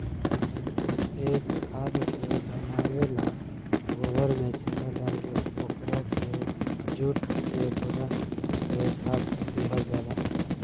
ए खाद के बनावे ला गोबर में चेरा डालके ओकरा के जुट के बोरा से ढाप दिहल जाला